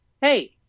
hey